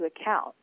account